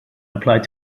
applied